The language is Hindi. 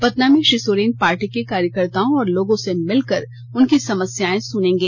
पतना में श्री सोरेन पार्टी के कार्यकर्ताओं और लोगों से मिलकर उनकी समस्याएं सुनेंगे